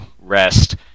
rest